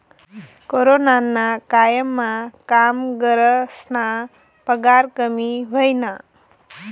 कोरोनाना कायमा कामगरस्ना पगार कमी व्हयना